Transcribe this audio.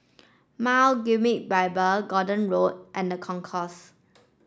Mount Gerizim Bible Gordon Road and The Concourse